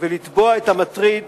ולתבוע את המטריד